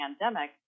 pandemic